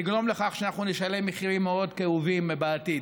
לגרום לכך שאנחנו נשלם מחירים מאוד כאובים בעתיד.